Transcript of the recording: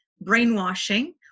brainwashing